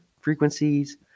frequencies